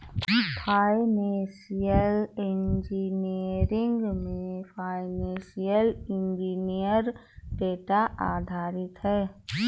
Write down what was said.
financial engineering में financial engineer data आधारित financial models तैयार करते है